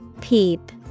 Peep